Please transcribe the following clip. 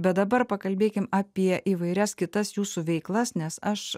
bet dabar pakalbėkim apie įvairias kitas jūsų veiklas nes aš